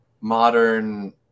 modern